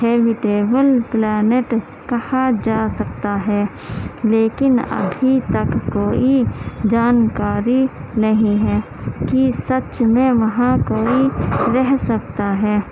habitable planet کہا جا سکتا ہے لیکن ابھی تک کوئی جانکاری نہیں ہے کہ سچ میں وہاں کوئی رہ سکتا ہے